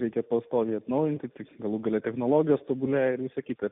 reikia pastoviai atnaujinti tik galų gale technologijos tobulėja ir visa kita